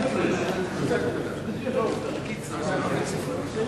(תיקון מס' 67),